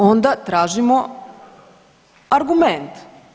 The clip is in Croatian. Onda tražimo argument.